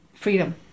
Freedom